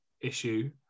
issue